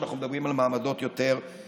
שאנחנו מדברים על מעמדות יותר מוחלשים.